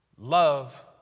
Love